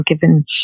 given